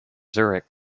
zurich